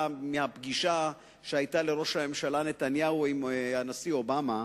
מהפגישה שהיתה לראש הממשלה נתניהו עם הנשיא אובמה,